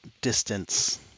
distance